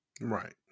Right